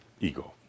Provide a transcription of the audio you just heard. ego